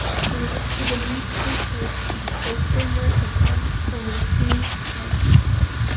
who had been recently placed in a full care nursing home only a few months prior.